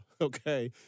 okay